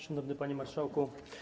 Szanowny Panie Marszałku!